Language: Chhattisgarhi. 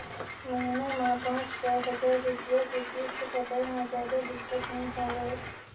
महिना म पाँच सौ, हजार रूपिया के किस्त पटाए म जादा दिक्कत नइ होवय